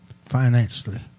Financially